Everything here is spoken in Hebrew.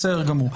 בסדר גמור.